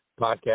podcast